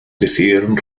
decidieron